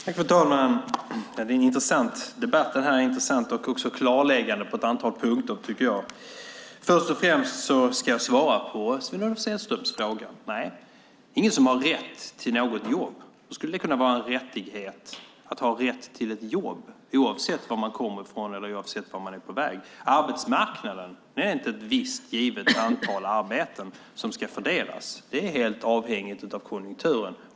Fru talman! Det är en intressant debatt. Den är också klarläggande på ett antal punkter. Jag ska börja med att svara på Sven-Olof Sällströms fråga: Nej, ingen har rätt till ett jobb. Hur skulle det kunna vara en rättighet att ha rätt till ett jobb, oavsett varifrån man kommer eller vart man är på väg? Arbetsmarknaden är inte ett givet antal arbeten som ska fördelas. Det är helt avhängigt konjunkturen.